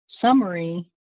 summary